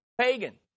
pagan